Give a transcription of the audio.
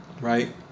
right